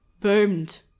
boomed